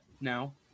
now